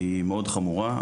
היא מאוד חמורה.